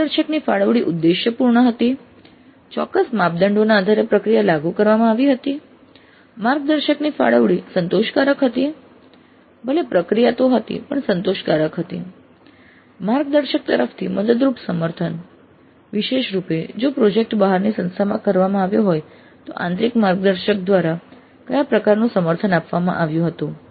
માર્ગદર્શકની ફાળવણી ઉદ્દેશ્યપૂર્ણ હતી ચોક્કસ માપદંડોના આધારે પ્રક્રિયા લાગુ કરવામાં આવી હતી માર્ગદર્શકની ફાળવણી સંતોષકારક હતી ભલે પ્રક્રિયા તો હતી પણ તે સંતોષકારક હતી માર્ગદર્શક તરફથી મદદરૂપ સમર્થન વિશેષ રૂપે જો પ્રોજેક્ટ બહારની સંસ્થામાં કરવામાં આવ્યો હોય તો આંતરિક માર્ગદર્શક દ્વારા કયા પ્રકારનું સમર્થન આપવામાં આવ્યું હતું